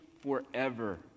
forever